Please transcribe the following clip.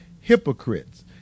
hypocrites